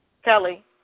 Kelly